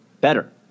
Better